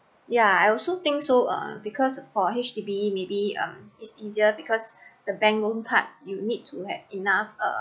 ya I also think so uh because for H_D_B maybe um it's easier because the bank loan card you need to have enough uh